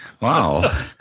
wow